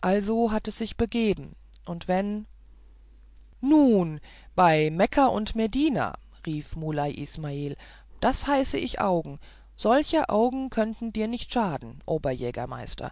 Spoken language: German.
also hat es sich begeben und wenn nun bei mekka und medina rief muley ismael das heiße ich augen solche augen könnten dir nicht schaden oberjägermeister